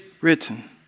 written